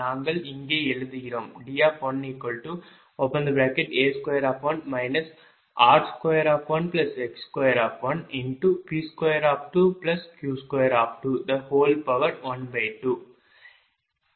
நாங்கள் இங்கே எழுதுகிறோம் D1A2 r21x21P22Q2212 எழுதுகிறோம்